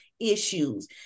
issues